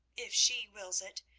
if she wills it,